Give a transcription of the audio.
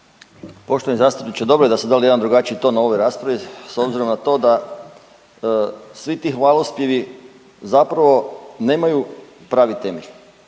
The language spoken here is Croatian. Poštovani zastupniče, dobro je da ste dali jedan drugačiji ton ovoj raspravi s obzirom na to da svi ti hvalospjevi zapravo nemaju pravi temelj.